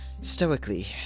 stoically